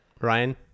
Ryan